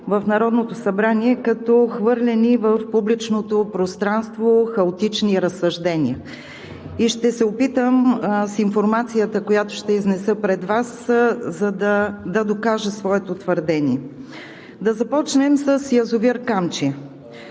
в Народното събрание като хвърлени в публичното пространство хаотични разсъждения и ще се опитам с информацията, която ще изнеса пред Вас, да докажа своето твърдение. Да започнем с язовир „Камчия“.